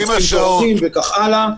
שופטים שיורדים וכך הלאה.